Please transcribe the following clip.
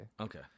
Okay